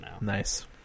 Nice